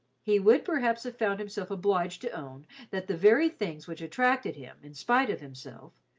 he would perhaps have found himself obliged to own that the very things which attracted him, in spite of himself,